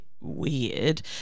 weird